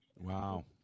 Wow